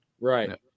Right